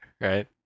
right